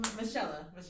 Michelle